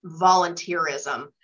volunteerism